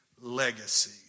legacy